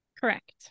Correct